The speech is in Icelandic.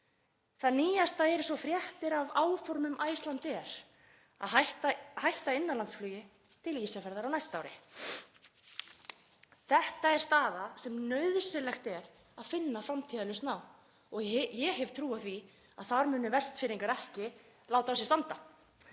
Það nýjasta eru svo fréttir af áformum Icelandair að hætta innanlandsflugi til Ísafjarðar á næsta ári. Þetta er staða sem nauðsynlegt er að finna framtíðarlausn á og ég hef trú á því að þar muni Vestfirðingar ekki láta á sér standa.